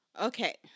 Okay